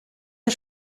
der